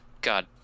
God